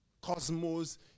Cosmos